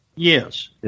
Yes